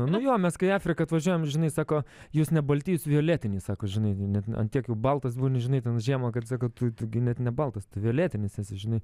nu jo mes kai į afriką atvažiavom žinai sako jūs ne balti jūs violetiniai sako žinai ant tiek jau baltas būni žinai ten žiemą kad sako tu tu gi net ne baltas violetinis esi žinai